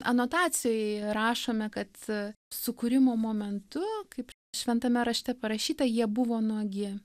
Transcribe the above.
anotacijoj rašome kad sukūrimo momentu kaip šventame rašte parašyta jie buvo nuogi